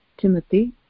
Timothy